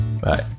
Bye